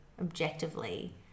objectively